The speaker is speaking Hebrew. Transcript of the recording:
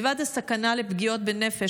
מלבד הסכנה של פגיעות בנפש,